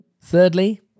thirdly